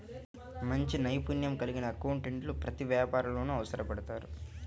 మంచి నైపుణ్యం కలిగిన అకౌంటెంట్లు ప్రతి వ్యాపారంలోనూ అవసరపడతారు